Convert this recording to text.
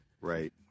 Right